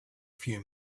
few